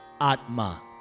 Atma